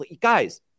Guys